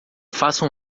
faça